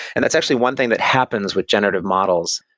and that's actually one thing that happens with generative models.